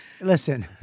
listen